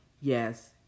yes